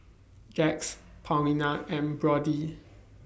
Jax Paulina and Brodie